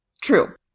True